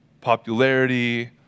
popularity